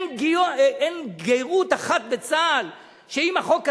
אין גרות אחת בצה"ל שאם החוק הזה,